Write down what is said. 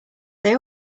they